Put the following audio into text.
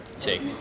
Take